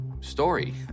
story